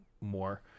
more